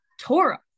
Torah